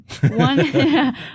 One